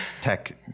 Tech